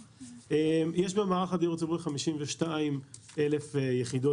במערך הדיור הציבורי יש 52,000 יחידות